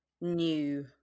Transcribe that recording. new